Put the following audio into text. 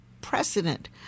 Precedent